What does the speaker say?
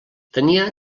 tenia